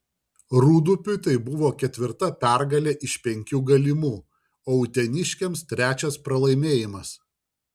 rūdupiui tai buvo ketvirta pergalė iš penkių galimų o uteniškiams trečias pralaimėjimas